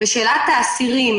שאלת האסירים